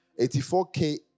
84K